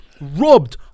robbed